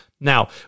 Now